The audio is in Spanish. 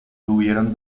tuvieron